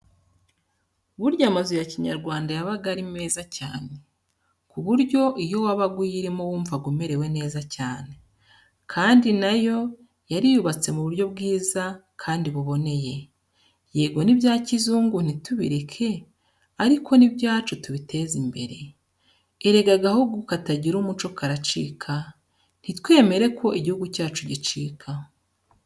Burya amazu ya Kinyarwanda yabaga ari meza cyane, ku buryo iyo wabaga uyirimo wumvaga umerewe neza cyane, kandi na yo yari yubatse mu buryo bwiza kandi buboneye. Yego n'ibya kizungu ntitubireke, ariko n'ibyacu tubiteze imbere. Erega agahugu katagira umuco karacika, ntitwemere ko igihugu cyacu gicika.